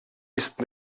ist